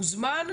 מוזמן,